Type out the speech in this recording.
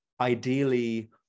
ideally